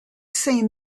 seen